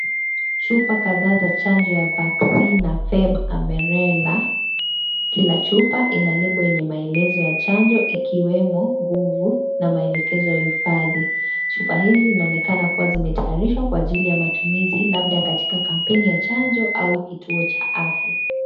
Chupa kadhaa za chanjo ya Vaccina Febre Amarela . Kila chupa ina lebo yenye maelezo ya chanjo ikiwemo nguvu na maelekezo ya uhifadhi. Chupa hizi zinaonekana kuwa zimetayarishwa kwa ajili ya matumizi, labda katika kampeni ya chanjo au kituo cha afya.